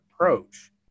approach